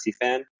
fan